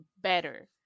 better